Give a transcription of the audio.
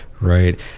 right